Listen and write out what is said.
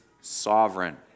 sovereign